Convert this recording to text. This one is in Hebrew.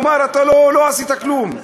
כלומר, אתה לא עשית כלום.